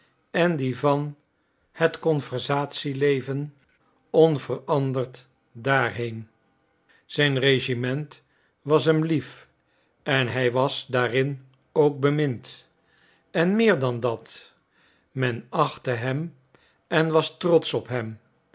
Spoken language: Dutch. en die van het conversatieleven onveranderd daarheen zijn regiment was hem lief en hij was daarin ook bemind en meer dan dat men achtte hem en was trotsch op hem